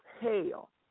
hell